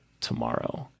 tomorrow